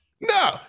No